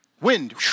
wind